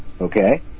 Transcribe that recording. okay